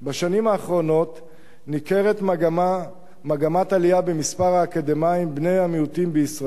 בשנים האחרונות ניכרת מגמת עלייה במספר האקדמאים בני-המיעוטים בישראל.